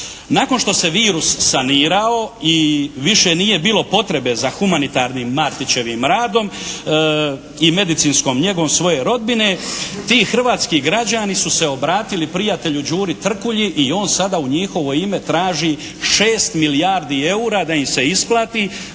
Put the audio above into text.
Nakon što se virus sanirao i više nije bilo potrebe za humanitarnim Martićevim radom i medicinskom njegom svoje rodbine ti hrvatski građani su se obratili prijatelju Đuri Trkulji i on sada u njihovo ime traži 6 milijardi eura da im se isplati